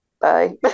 bye